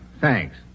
Thanks